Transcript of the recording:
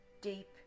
deep